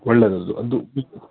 ಒಳ್ಳೆಯದದು ಅದು ಬಿಸ್